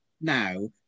now